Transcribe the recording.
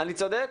אני צודק?